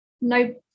No